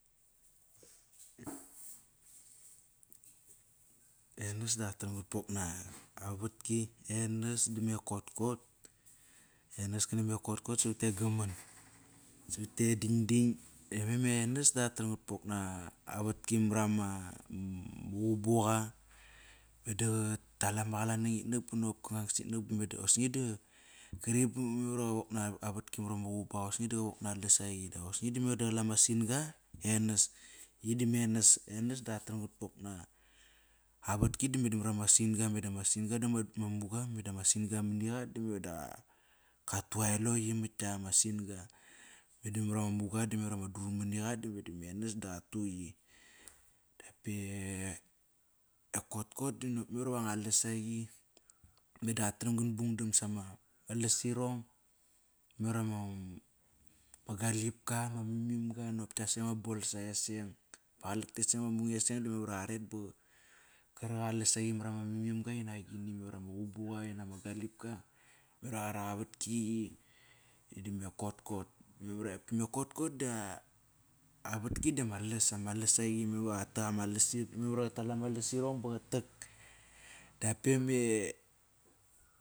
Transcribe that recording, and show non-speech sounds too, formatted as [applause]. Enas da qatram qatpok naa vatki. Enas ba me kotkot. Enas kana me kotkot savate gaman. Savat e dan dan. E veme enas da qat tram qat pok naa avatki marama qubuqa [hesitation] Meda qa tal ama qalan nang itnak ba nokop kangang sitnak bo me da osni da qari ba [hesitation] mar va qa wok naa vatki mara ma qubuqa. Osni da qa wok na lasaqi da osni da me qala ma sin-ga, enas. I da me enas. Enas do qatram qatpok naa avatki da me dom mara ma sin-ga. Meda ma sin-ga doma mara ma muga, meda mo sin-ga ma ni qa. Da me da qa tu elo yi maita ktak ama sin-ga. Meda mara ma muga da memar iva ma dur mani qa, dame da me enas daqa tu yi. Dap e kotkot dan nop mamar iva nga lasaqi. Meda qatram qat bungdam sama lasirang. Marama galipka, ma mimimga nop ktia seng ama bolsa eseng. Ktia seng ama mung iseng da memar wa qaret ba qa ka rak a lasagi mara ma mimimga inak agini maro ma qubuqa, inak ama galipka. Mar iva qarak aa vatki yi. Mamar va ma kotkot da aa vatki dia ma las, ama lasaqi, miva qa tak a ama lasit, memar iva ba qa tak dap e me.